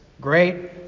great